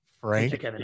Frank